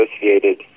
associated